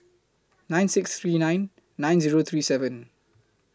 nine six three nine nine Zero three seven